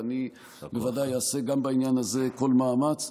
ואני בוודאי אעשה גם בעניין הזה כל מאמץ.